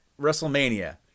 WrestleMania